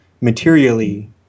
materially